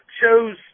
Show's